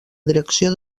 direcció